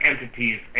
entities